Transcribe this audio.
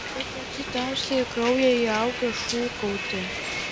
bet matyt tamstai į kraują įaugę šūkauti